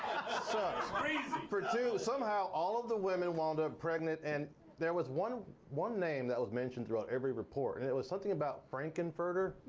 so for two, somehow all of the women wound up pregnant and there was one one name that was mentioned throughout every report. and it was something about frankenferger.